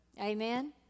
Amen